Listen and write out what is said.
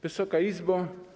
Wysoka Izbo!